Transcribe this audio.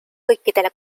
kõikidele